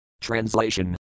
Translation